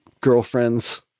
girlfriends